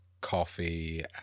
coffee